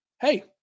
hey